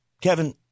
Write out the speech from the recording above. Kevin